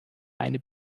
eine